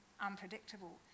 unpredictable